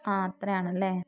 ആ അത്രയാണല്ലേ